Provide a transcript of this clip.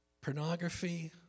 pornography